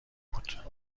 بود